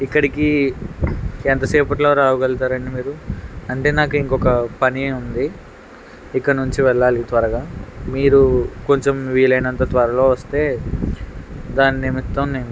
ఇక్కడికి ఎంత సేపట్లో రాగలుగుతారండి మీరు అంటే నాకు ఇంకొక పని ఉంది ఇక్కడ నుంచి వెళ్ళాలి త్వరగా మీరు కొంచెం వీలైనంత త్వరలో వస్తే దాని నిమిత్తం నేను